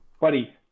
buddy